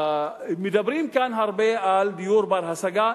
מדברים כאן הרבה על דיור בר-השגה,